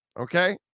okay